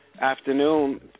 afternoon